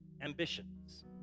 Ambitions